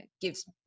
gives